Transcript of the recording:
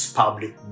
public